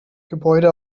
gebäude